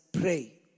pray